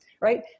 Right